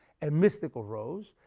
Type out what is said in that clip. and mystical rose.